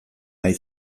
nahi